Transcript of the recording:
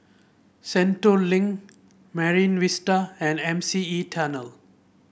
Sentul Link Marine Vista and M C E Tunnel